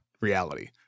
reality